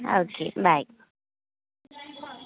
okay bye